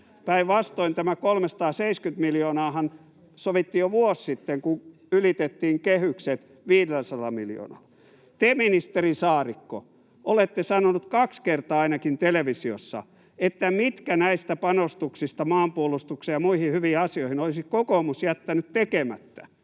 Päinvastoin — tämä 370 miljoonaahan sovittiin jo vuosi sitten, kun ylitettiin kehykset 500 miljoonalla. Te, ministeri Saarikko, olette sanonut ainakin kaksi kertaa televisiossa, mitkä näistä panostuksista maanpuolustukseen ja muihin hyviin asioihin olisi kokoomus jättänyt tekemättä.